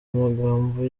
magambo